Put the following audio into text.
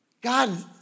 God